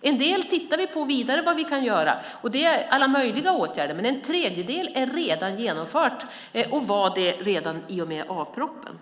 En del tittar vi vidare på för att se vad vi kan göra. Det är alla möjliga åtgärder. Men en tredjedel är redan genomfört och var det redan i och med A-propositionen.